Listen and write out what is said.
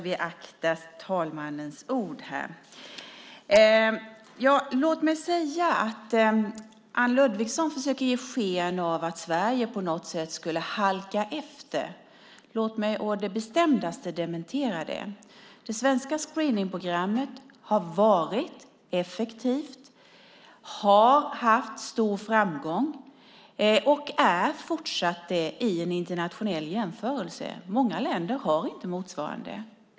Fru talman! Anne Ludvigsson försöker ge sken av att Sverige på något sätt skulle halka efter. Låt mig å det bestämdaste dementera det! Det svenska screeningprogrammet har varit effektivt, har haft stor framgång och har fortsatt framgång i en internationell jämförelse. Många länder har inte motsvarande.